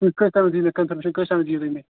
تُہۍ کرتامتھ دِیِو مےٚ کَنفرمیشَن کٔژَن تامتھ دِیِو مےٚ